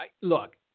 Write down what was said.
look